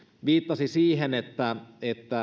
viittasi siihen että